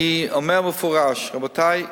אני אומר במפורש, רבותי: